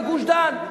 בגוש-דן,